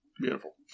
Beautiful